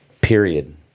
period